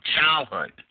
childhood